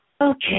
Okay